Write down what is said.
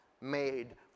made